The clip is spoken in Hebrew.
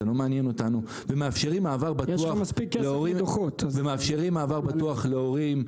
זה לא מעניין אותנו ומאפשרים מעבר בטוח להורים,